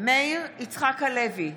מאיר יצחק הלוי,